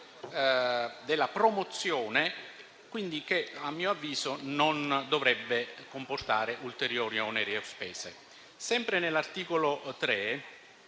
della promozione, che a mio avviso non dovrebbe comportare ulteriori oneri o spese. Sempre all'articolo 3,